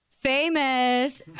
famous